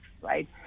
right